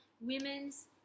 women's